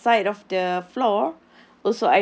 the side of the floor